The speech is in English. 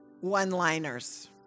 one-liners